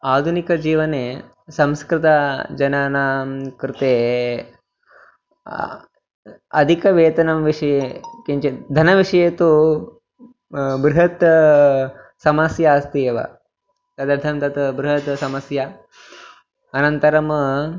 आधुनिकजीवने संस्कृतजनानां कृते अधिकवेतनस्य विषये किञ्चित् धनविषये तु बृहती समस्या अस्ति एव तदर्थं तत् बृहती समस्या अनन्तरं